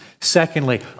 Secondly